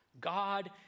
God